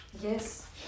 Yes